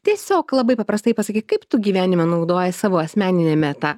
tiesiog labai paprastai pasakyk kaip tu gyvenime naudoji savo asmeniniame tą